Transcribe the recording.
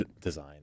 design